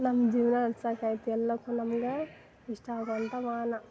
ನಮ್ದು ಜೀವನ ನಡ್ಸೋಕೆ ಆಯ್ತು ಎಲ್ಲದಕ್ಕೂ ನಮ್ಗೆ ಇಷ್ಟ ಆಗೋ ಅಂಥ ವಾಹನ